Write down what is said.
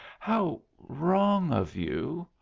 how wrong of you!